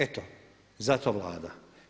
Eto, zato Vlada.